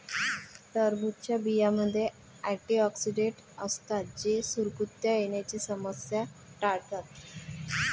टरबूजच्या बियांमध्ये अँटिऑक्सिडेंट असतात जे सुरकुत्या येण्याची समस्या टाळतात